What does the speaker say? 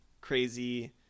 crazy